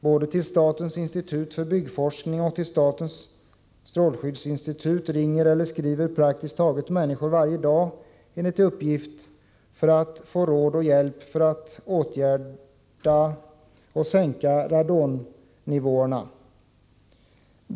Både till statens institut för byggforskning och till statens strålskyddsinstitut ringer och skriver människor enligt uppgift praktiskt taget varje dag för att få råd och hjälp när det gäller att åtgärda och sänka radonnivåerna.